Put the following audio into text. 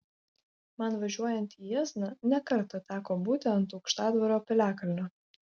man važiuojant į jiezną ne kartą teko būti ant aukštadvario piliakalnio